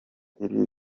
iri